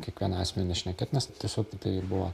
kiekvieną asmenį šnekėt nes tiesiog tai buvo